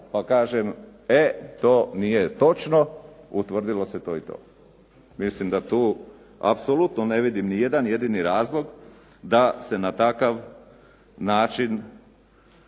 pa kažem e to nije točno, utvrdilo se to i to. Mislim da tu apsolutno ne vidim ni jedan jedini razlog da se na takav način